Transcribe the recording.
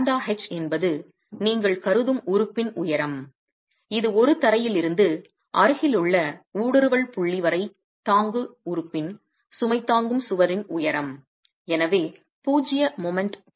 λh என்பது நீங்கள் கருதும் உறுப்பின் உயரம் இது ஒரு தரையிலிருந்து அருகிலுள்ள ஊடுருவல் புள்ளி வரை தாங்கு உறுப்பின் சுமை தாங்கும் சுவரின் உயரம் எனவே பூஜ்ஜிய மொமென்ட் ன் புள்ளி